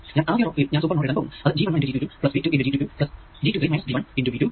ഞാൻ ആദ്യ റോ ൽ ഞാൻ സൂപ്പർ നോഡ് എഴുതാൻ പോകുന്നു